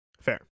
Fair